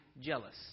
jealous